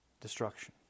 destruction